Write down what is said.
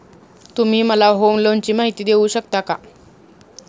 तुम्ही मला होम लोनची माहिती देऊ शकता का?